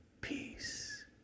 peace